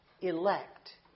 elect